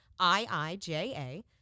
iija